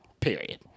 period